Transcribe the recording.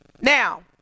Now